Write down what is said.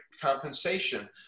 compensation